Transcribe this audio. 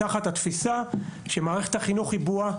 תחת התפיסה שמערכת החינוך היא בועה.